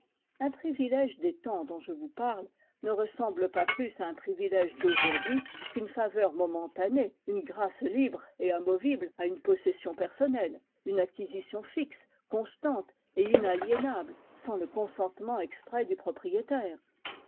un privilège des temps dont je vous parle ne ressemble pas plus à un privilège d'aujourd'hui qu'une faveur momentanée une grâce libre et amovible à une possession personnelle une acquisition fixe constante et inaliénable sans le consentement exprès du propriétaire